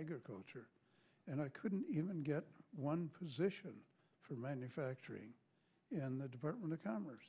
agriculture and i couldn't even get one position for manufacturing in the department of commerce